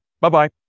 Bye-bye